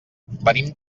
venim